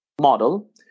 model